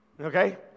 okay